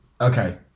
Okay